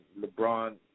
LeBron